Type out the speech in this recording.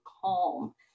calm